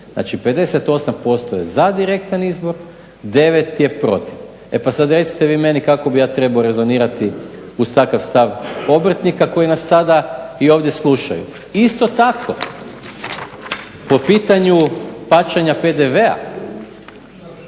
Znači 58% je za direktan izbor, 9% je protiv. E pa sad recite vi meni kako bi ja trebao rezonirati uz takav stav obrtnika koji nas sada i ovdje slušaju? Isto tako po pitanju plaćanja PDV-a